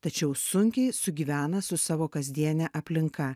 tačiau sunkiai sugyvena su savo kasdiene aplinka